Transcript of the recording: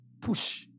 push